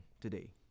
today